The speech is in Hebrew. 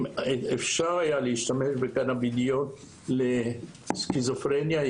אם אפשר היה להשתמש בקנבידיול לסכיזופרניה,